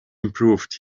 improved